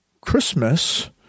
Christmas